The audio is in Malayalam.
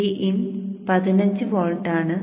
Vin 15 വോൾട്ട് ആണ്